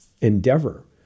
endeavor